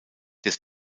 des